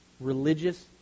Religious